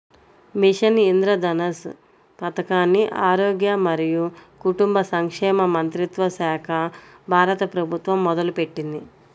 machine Indradhanush పథకాన్ని ఆరోగ్య మరియు కుటుంబ సంక్షేమ మంత్రిత్వశాఖ, భారత ప్రభుత్వం మొదలుపెట్టింది